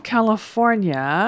California